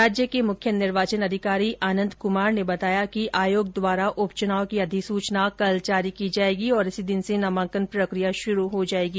राज्य के मुख्य निर्वाचन अधिकारी आनन्द कुमार ने बताया कि आयोग द्वारा उपचुनाव की अधिसूचना कल जारी की जायेगी और इसी दिन से नामांकन प्रक्रिया शुरू हो जायेगी